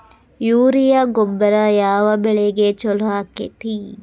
Urea ಗೊಬ್ಬರ ಯಾವ ಬೆಳಿಗೆ ಛಲೋ ಆಕ್ಕೆತಿ?